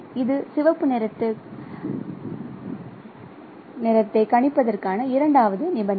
இது சிவப்பு நிறத்தை டைக்கணிப்பதற்கான இரண்டாவது நிபந்தனை